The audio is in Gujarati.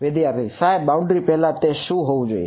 વિદ્યાર્થી સાહેબ બાઉન્ડ્રી પહેલા તે શું હોવું જોઈએ